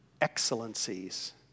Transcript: excellencies